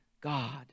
God